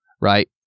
right